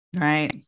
Right